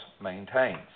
maintains